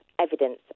evidence